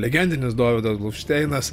legendinis dovydas bluvšteinas